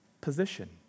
position